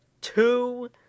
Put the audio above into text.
two